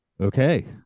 Okay